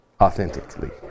authentically